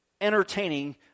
entertaining